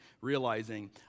realizing